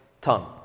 tongue